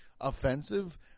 offensive